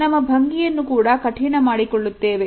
ನಮ್ಮ ಭಂಗಿಯನ್ನು ಕೂಡ ಕಠಿಣ ಮಾಡಿಕೊಳ್ಳುತ್ತೇವೆ